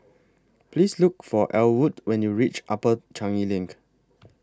Please Look For Ellwood when YOU REACH Upper Changi LINK